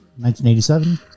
1987